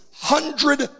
Hundred